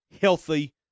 healthy